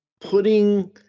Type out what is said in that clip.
putting –